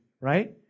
Right